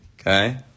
Okay